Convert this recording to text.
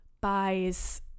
buys